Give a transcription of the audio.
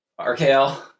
RKL